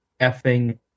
effing